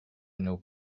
nos